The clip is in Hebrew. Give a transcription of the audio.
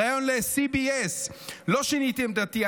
בריאיון ל-CBS: לא שיניתי עמדתי,